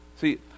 see